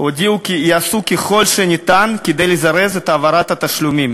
הודיעו כי יעשו כל שאפשר כדי לזרז את העברת התשלומים.